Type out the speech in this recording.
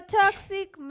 toxic